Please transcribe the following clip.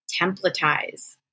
templatize